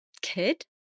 kid